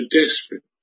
desperate